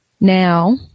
now